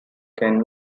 can